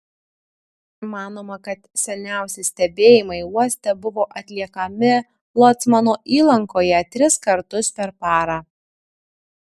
manoma kad seniausi stebėjimai uoste buvo atliekami locmano įlankoje tris kartus per parą